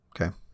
Okay